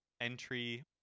entry